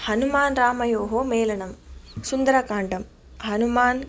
हनुमान् रामयोः मेलनं सुन्दरकाण्डं हनुमान्